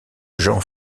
jean